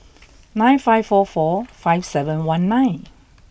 nine five four four five seven one nine